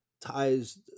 ties